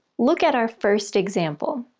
look at our first example